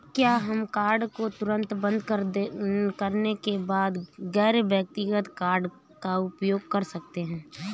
क्या हम कार्ड को तुरंत बंद करने के बाद गैर व्यक्तिगत कार्ड का उपयोग कर सकते हैं?